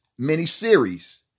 miniseries